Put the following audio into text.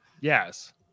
Yes